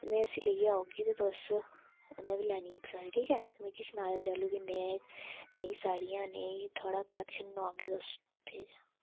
ते मै उसी लेइयै औगी ते तुस उन्नै बी लैनी इक साड़ी ठीक ऐ ते मिगी सनाएयो जैल्लू बी नेही साड़ियां नेही थुआढ़ा कलेक्शन नोआगे तुस ठीक ऐ